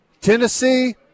Tennessee